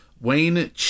Wayne